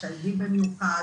HIV במיוחד,